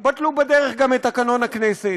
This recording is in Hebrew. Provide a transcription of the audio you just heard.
בטלו בדרך גם את תקנון הכנסת,